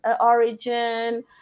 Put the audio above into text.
origin